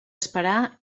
esperar